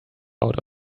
out